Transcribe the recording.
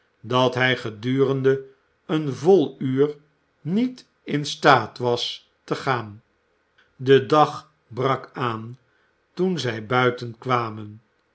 dat hij gedurende een vol uur niet in staat was te gaan de dag brak aan toen zij buiten kwamen